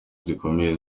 zikomeye